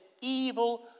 evil